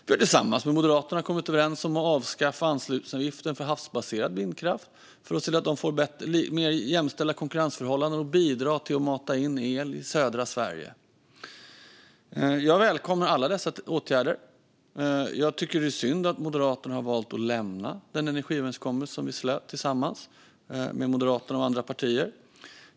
Vi har tillsammans med Moderaterna kommit överens om att avskaffa anslutningsavgiften för havsbaserad vindkraft för att se till att den får mer jämställda konkurrensförhållanden och bidrar till att mata in el i södra Sverige. Jag välkomnar alla dessa åtgärder. Jag tycker att det är synd att Moderaterna har valt att lämna den energiöverenskommelse som vi slöt tillsammans med Moderaterna och andra partier.